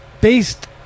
based